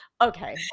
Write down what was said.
Okay